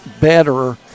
better